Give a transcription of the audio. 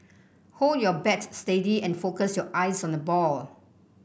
hold your bat steady and focus your eyes on the ball